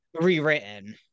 rewritten